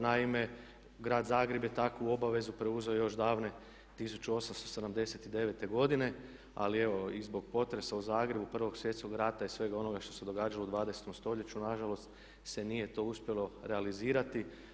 Naime, grad Zagreb je takvu obavezu preuzeo još davne 1879. godine, ali evo i zbog potresa u Zagrebu, Prvog svjetskog rata i svega onoga što se događalo u 20. stoljeću na žalost se nije to uspjelo realizirati.